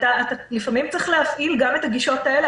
אתה לפעמים צריך להפעיל גם את הגישות האלה,